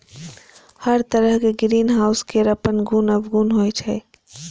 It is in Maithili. हर तरहक ग्रीनहाउस केर अपन गुण अवगुण होइ छै